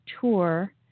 tour